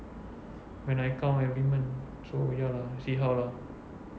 when I count every month so ya lah see how lah